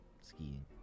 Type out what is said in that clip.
skiing